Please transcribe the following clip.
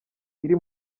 ari